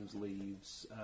leaves